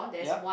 yup